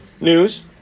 news